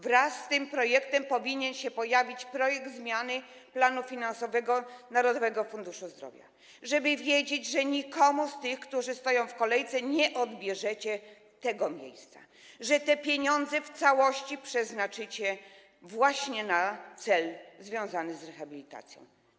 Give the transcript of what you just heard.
Wraz z tym projektem powinien się pojawić projekt zmiany planu finansowego Narodowego Funduszu Zdrowia, żeby wiedzieć, że nikomu z tych, którzy stoją w kolejce, nie odbierzecie tego miejsca, że te pieniądze w całości przeznaczycie właśnie na cel związany z rehabilitacją.